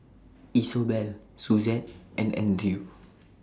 Isobel Suzette and Andrew